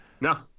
No